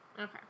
Okay